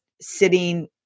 sitting